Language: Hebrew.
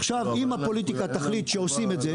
עכשיו אם הפוליטיקה תחליט שעושים את זה,